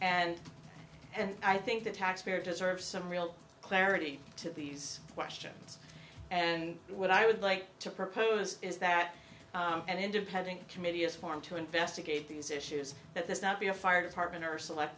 and i think the taxpayer deserves some real clarity to these questions and what i would like to propose is that an independent committee is formed to investigate these issues that this not be a fire department or select